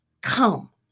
come